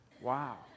Wow